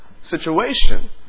situation